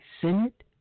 Senate